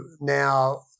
now